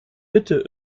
bitte